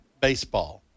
baseball